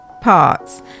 parts